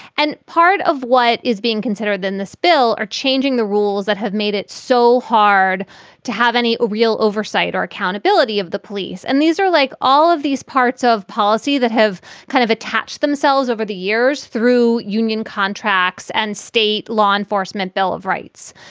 and part of what is being considered in this bill are changing the rules that have made it so hard to have any real oversight or accountability of the police. and these are like all of these parts of policy that have kind of attached themselves over the years through union contracts and state law enforcement, bill of rights.